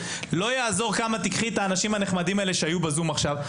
לא יעזור כמה תיקחי את האנשים הנחמדים האלה שהיו בזום עכשיו.